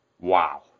Wow